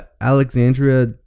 Alexandria